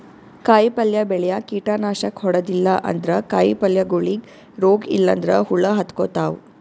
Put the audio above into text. ಕಾಯಿಪಲ್ಯ ಬೆಳ್ಯಾಗ್ ಕೀಟನಾಶಕ್ ಹೊಡದಿಲ್ಲ ಅಂದ್ರ ಕಾಯಿಪಲ್ಯಗೋಳಿಗ್ ರೋಗ್ ಇಲ್ಲಂದ್ರ ಹುಳ ಹತ್ಕೊತಾವ್